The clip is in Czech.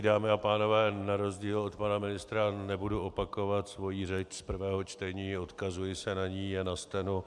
Dámy a pánové, na rozdíl od pana ministra nebudu opakovat svoji řeč z prvého čtení, odkazuji se na ni a na steno.